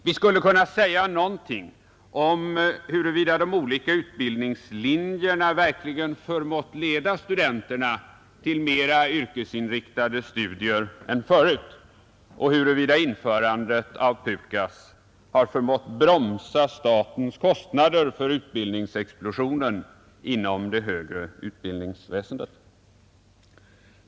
Vi skulle kunna säga någonting om huruvida de olika utbildningslinjerna verkligen förmått leda studenterna till mera yrkesinriktade studier än förut och huruvida införandet av PUKAS har förmått bromsa statens kostnader för utbildningsexplosionen inom det högre utbildningsväsendet.